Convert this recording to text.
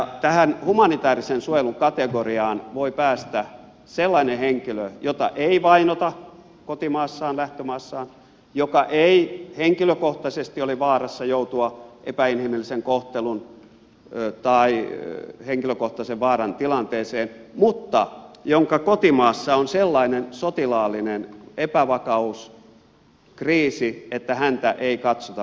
tähän humanitäärisen suojelun kategoriaan voi päästä sellainen henkilö jota ei vainota kotimaassaan lähtömaassaan joka ei henkilökohtaisesti ole vaarassa joutua epäinhimillisen kohtelun tai henkilökohtaisen vaaran tilanteeseen mutta jonka kotimaassa on sellainen sotilaallinen epävakaus kriisi että häntä ei katsota voitavan sinne palauttaa